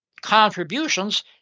contributions